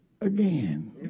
again